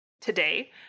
today